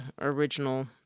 original